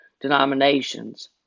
denominations